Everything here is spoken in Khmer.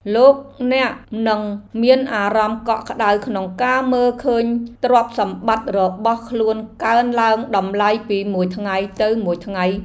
លោកអ្នកនឹងមានអារម្មណ៍កក់ក្តៅក្នុងការមើលឃើញទ្រព្យសម្បត្តិរបស់ខ្លួនកើនឡើងតម្លៃពីមួយថ្ងៃទៅមួយថ្ងៃ។